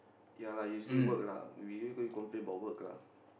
ya lah usually work lah when you go you complain about work lah